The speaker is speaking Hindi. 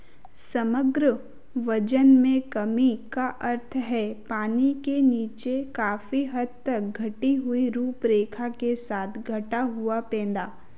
समग्र वज़न में कमी का अर्थ है पानी के नीचे काफ़ी हद तक घटी हुई रूप रेखा के साथ घटा हुआ पेंदा